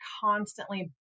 constantly